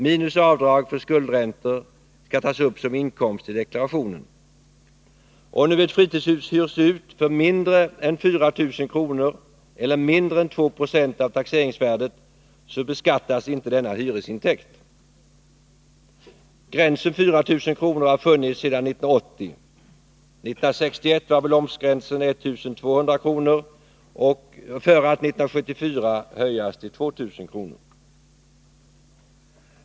minus avdrag för skuldräntor skall tas upp som inkomst i deklarationen. Om ett fritidshus hyrs ut för mindre än 4000 kr. eller mindre än 2 70 av taxeringsvärdet så beskattas inte denna hyresintäkt. Gränsen 4 000 kr. har funnits sedan 1980. År 1961 var beloppsgränsen 1200 kr. för att år 1974 höjas till 2 000 kr.